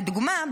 לדוגמה,